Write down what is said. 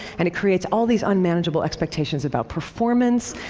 and it creates all these unmanageable expectations about performance.